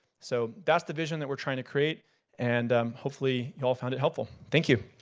so that's the vision that we're trying to create and hopefully you all found it helpful. thank you.